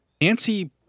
Nancy